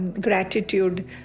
gratitude